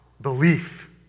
belief